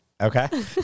Okay